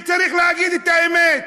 וצריך להגיד את האמת,